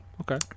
Okay